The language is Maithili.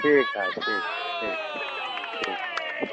ठीक हय ठीक ठीक ठीक